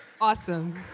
Awesome